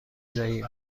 ضعیف